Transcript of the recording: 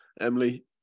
Emily